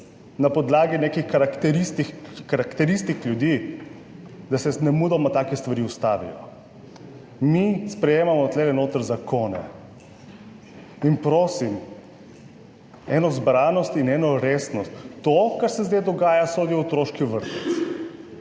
na podlagi nekih karakteristik ljudi, da se nemudoma take stvari ustavijo. Mi sprejemamo tu zakone in prosim za eno zbranost, za eno resnost. To, kar se zdaj dogaja, sodi v otroški vrtec;